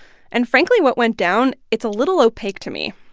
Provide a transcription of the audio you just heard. and frankly, what went down, it's a little opaque to me.